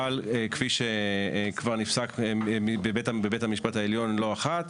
אבל כפי שכבר נפסק בבית המשפט העליון לא אחת,